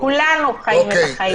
כולנו חיים את החיים.